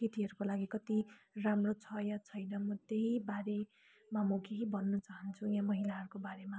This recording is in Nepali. केटीहरूको लागि कति राम्रो छ या छैन म त्यही बारेमा म केही भन्नु चाहन्छु यहाँ महिलाहरूको बारेमा